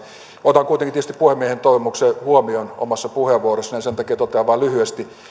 otan kuitenkin tietysti puhemiehen toivomuksen huomioon omassa puheenvuorossani ja sen takia totean vain lyhyesti